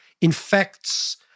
infects